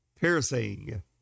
piercing